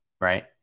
right